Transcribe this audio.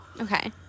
Okay